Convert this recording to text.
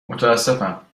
متاسفم